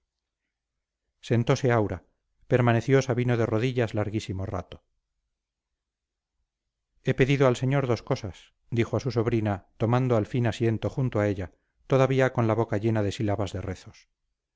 sentose aura permaneció sabino de rodillas larguísimo rato he pedido al señor dos cosas dijo a su sobrina tomando al fin asiento junto a ella todavía con la boca llena de sílabas de rezos